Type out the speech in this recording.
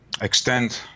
extend